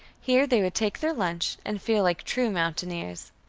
here they would take their lunch and feel like true mountaineers.